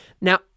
Now